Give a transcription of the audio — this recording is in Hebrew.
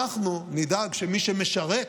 אנחנו נדאג שמי שמשרת